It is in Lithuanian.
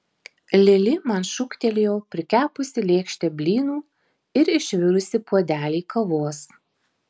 lili man šūktelėjo prikepusi lėkštę blynų ir išvirusi puodelį kavos